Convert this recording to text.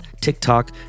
TikTok